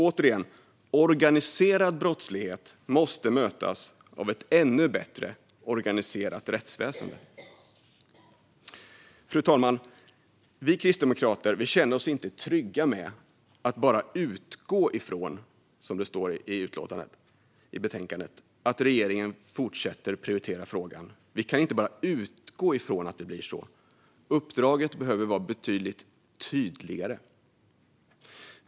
Återigen: Organiserad brottslighet måste mötas av ett ännu bättre organiserat rättsväsen! Fru talman! Vi kristdemokrater känner oss inte trygga med att man bara "utgår från", som det står i betänkandet, att regeringen fortsätter att prioritera frågan. Vi kan inte bara utgå från att det blir så. Uppdraget behöver vara betydligt tydligare.